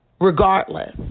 Regardless